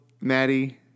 Maddie